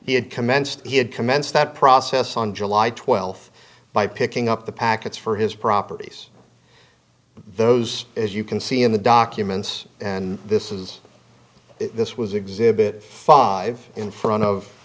commenced he had commenced that process on july twelfth by picking up the packets for his properties those as you can see in the documents and this is this was exhibit five in front of